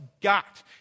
got